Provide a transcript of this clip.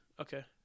okay